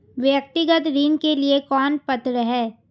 व्यक्तिगत ऋण के लिए कौन पात्र है?